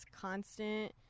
constant